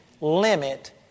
limit